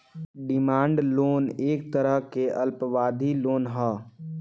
demand loan एक तरह के अल्पावधि लोन ह